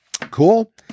Cool